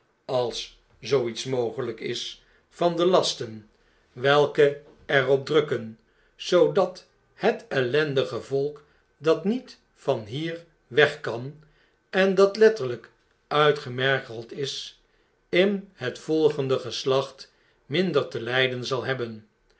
als zoo iets mogelyk is van de lasten welke er op drukken zoodat het ellendige volk dat niet van hier weg kan en dat letterlijk uitgemergeld is in het volgende geslacht minder te lyden zal hebben